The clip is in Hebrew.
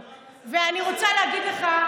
וצריך לשחוט את כולם,